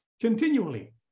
continually